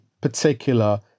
particular